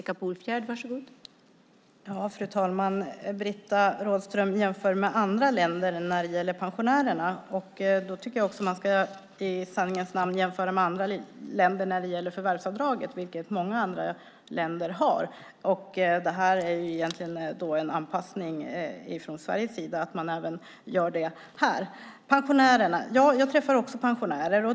Fru talman! Britta Rådström jämför med andra länder när det gäller pensionärerna. Då tycker jag att man också ska ta med andra länders förvärvsavdrag i jämförelsen. Det är många länder som har det. Vi har egentligen gjort en anpassning i detta avseende från Sveriges sida. Jag träffar också pensionärer.